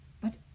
but